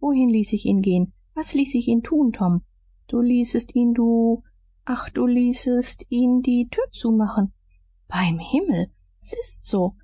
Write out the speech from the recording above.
wohin ließ ich ihn gehen was ließ ich ihn tun tom du ließest ihn du ach du ließest ihn die tür zumachen beim himmel s ist so